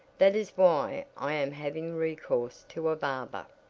that is why i am having recourse to a barber.